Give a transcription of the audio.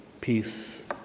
peace